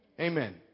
Amen